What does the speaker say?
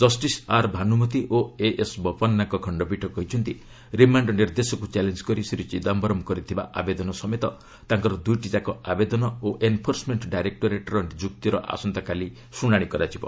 justice R Bhanumathi ଓ A S ବୋପନ୍ନାଙ୍କ ଖଣ୍ଡପୀଠ କହିଛନ୍ତି ରିମାଣ୍ଡ ନିର୍ଦ୍ଦେଶକୁ ଚ୍ୟାଲେଞ୍ଜ କରି ଶ୍ରୀ ଚିଦାୟରମ୍ କରିଥିବା ଆବେଦନ ସମେତ ତାଙ୍କର ଦୁଇଟିଯାକ ଆବେଦନ ଓ ଏନ୍ଫୋର୍ସମେଣ୍ଟ ଡାଇରେକ୍ଟୋରେଟ୍ର ଯୁକ୍ତିର ଆସନ୍ତାକାଲି ଶୁଣାଣି କରାଯିବ